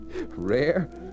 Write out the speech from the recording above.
Rare